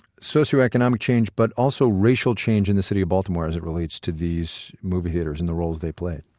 socioeconomic change, but also racial change in the city of baltimore, as it relates to these movie theaters and the roles they play.